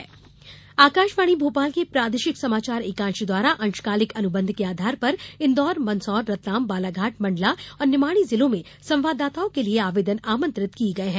अंशकालिक संवाददाता आकाशवाणी भोपाल के प्रादेशिक समाचार एकांश द्वारा अंशकालिक अनुबंध के आधार पर इन्दौर मंदसौर रतलाम बालाघाट मंडला और निवाड़ी जिलों में संवाददाताओं के लिये आवेदन आमंत्रित किये गये हैं